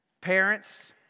Parents